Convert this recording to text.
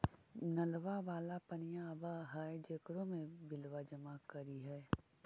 नलवा वाला पनिया आव है जेकरो मे बिलवा जमा करहिऐ?